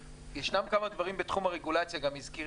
ישנם כמה דברים בתחום הרגולציה הזכיר